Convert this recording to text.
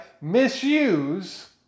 misuse